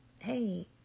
hey